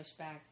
pushback